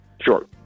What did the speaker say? Sure